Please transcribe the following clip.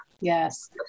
Yes